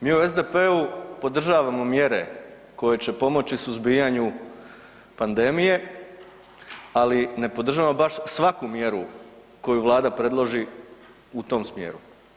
Mi u SDP-u podržavamo mjere koje će pomoći suzbijanju pandemije, ali ne podržavamo baš svaku mjeru koju Vlada predloži u tom smjeru.